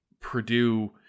Purdue